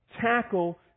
tackle